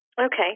Okay